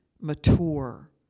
mature